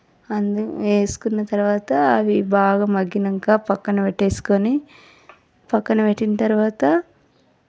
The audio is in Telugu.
అన్నీ వేసుకున్న తరువాత అవి బాగా మగ్గాక పక్కన పెట్టేసుకొని పక్కన పెట్టిన తరువాత